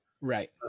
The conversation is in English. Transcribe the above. right